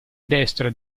destra